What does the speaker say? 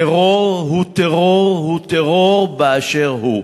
טרור הוא טרור הוא טרור באשר הוא,